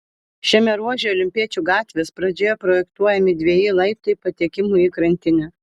šiame ruože olimpiečių gatvės pradžioje projektuojami dveji laiptai patekimui į krantinę